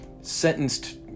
sentenced